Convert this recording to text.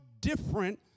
different